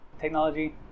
technology